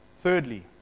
Thirdly